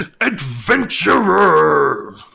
adventurer